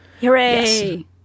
Hooray